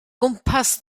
gwmpas